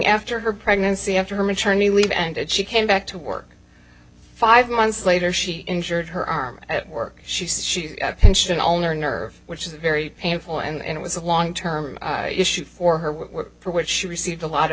after her pregnancy after her maternity leave and she came back to work five months later she injured her arm at work she says she's a pension owner nerve which is very painful and it was a long term issue for her for which she received a lot of